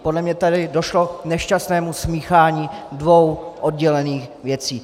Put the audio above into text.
Podle mě tady došlo k nešťastnému smíchání dvou oddělených věcí.